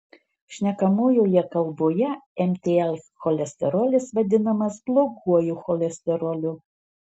šnekamojoje kalboje mtl cholesterolis vadinamas bloguoju cholesteroliu